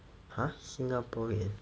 !huh! singaporean